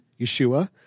Yeshua